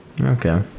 Okay